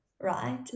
right